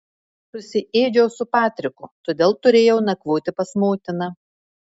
susiėdžiau su patriku todėl turėjau nakvoti pas motiną